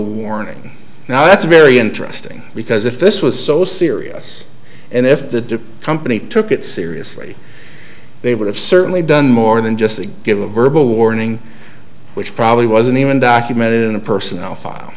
warning now that's very interesting because if this was so serious and if the company took it seriously they would have certainly done more than just give a verbal warning which probably wasn't even documented in a personnel file